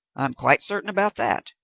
am quite certain about that,